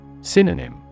Synonym